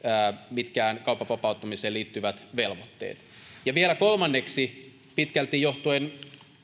mitkään kaupan vapauttamiseen liittyvät velvoitteet vielä kolmanneksi pitkälti johtuen eräiden